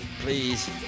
Please